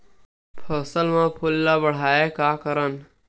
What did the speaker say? फसल म फूल ल बढ़ाय का करन?